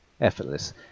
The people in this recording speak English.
effortless